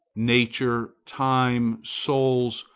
nature, time, souls,